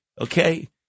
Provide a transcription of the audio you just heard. okay